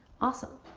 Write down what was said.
awesome.